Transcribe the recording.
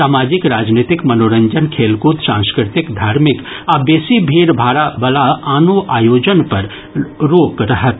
सामाजिक राजनीतिक मनोरंजन खेलकूद सांस्कृतिक धार्मिक आ बेसी भीड़भाड़ वला आनो आयोजन पर रोक रहत